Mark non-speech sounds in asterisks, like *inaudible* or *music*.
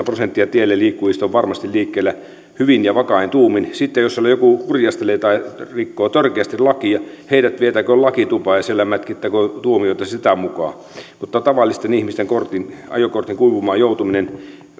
*unintelligible* prosenttia tielläliikkujista on varmasti liikkeellä hyvin ja vakain tuumin sitten jos siellä joku hurjastelee tai rikkoo törkeästi lakia heidät vietäkööt lakitupaan ja siellä mätkittäköön tuomioita sitä mukaa mutta tavallisten ihmisten ajokortin kuivumaan joutuminen